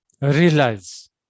realize